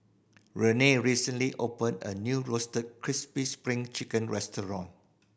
Rae recently opened a new Roasted Crispy Spring Chicken restaurant